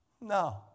no